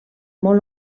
molt